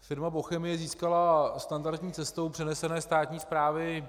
Firma Bochemie získala standardní cestou přenesené státní správy